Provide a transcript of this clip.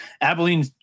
Abilene